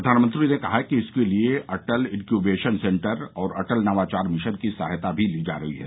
प्रधानमंत्री ने कहा कि इसके लिए अटल इन्क्यूबेशन सेंटर और अटल नवाचार मिशन की सहायता भी ली जा रही है